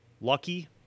lucky